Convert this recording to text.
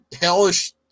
hellish